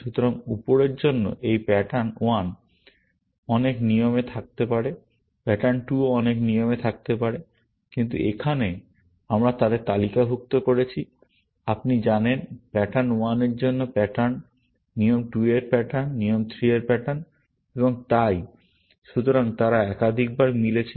সুতরাং উপরের জন্য এই প্যাটার্ন 1 অনেক নিয়মে থাকতে পারে প্যাটার্ন 2 ও অনেক নিয়মে থাকতে পারে কিন্তু এখানে আমরা তাদের তালিকাভুক্ত করেছি আপনি জানেন নিয়ম 1 এর প্যাটার্ন নিয়ম 2 এর প্যাটার্ন নিয়ম 3 এর প্যাটার্ন এবং তাই সুতরাং তারা একাধিক বার মিলেছে